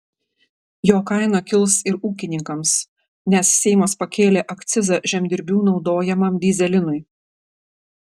jo kaina kils ir ūkininkams nes seimas pakėlė akcizą žemdirbių naudojamam dyzelinui